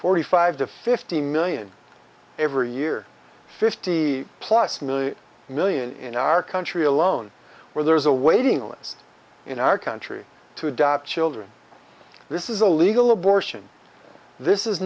forty five to fifty million every year fifty plus million million in our country alone where there is a waiting list in our country to adopt children this is a legal abortion this is